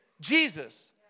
Jesus